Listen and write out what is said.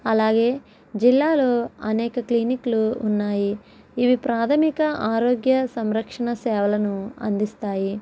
అలాగే జిల్లాలో అనేక క్లినిక్లు ఉన్నాయి ఇవి ప్రాథమిక ఆరోగ్య సంరక్షణ సేవలను అందిస్తాయి